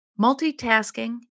multitasking